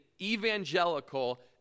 evangelical